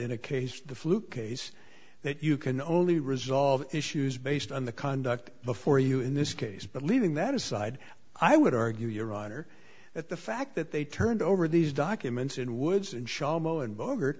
in a case the fluke case that you can only resolve issues based on the conduct before you in this case but leaving that aside i would argue your honor that the fact that they turned over these documents in woods and shamo and boger